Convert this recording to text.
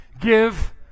Give